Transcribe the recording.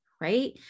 right